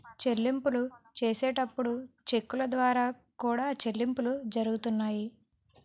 చెల్లింపులు చేసేటప్పుడు చెక్కుల ద్వారా కూడా చెల్లింపులు జరుగుతున్నాయి